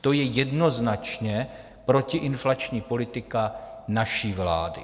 To je jednoznačně protiinflační politika naší vlády.